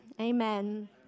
Amen